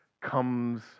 comes